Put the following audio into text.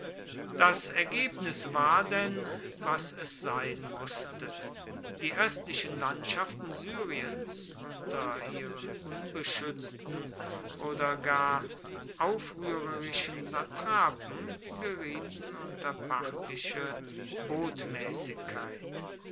das ergebnis war denn was es sein mußte die östlichen landschaften syriens unter ihren unbeschützten oder gar aufrührerischen satrapen gerieten unter parthische botmäßigkeit